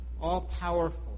all-powerful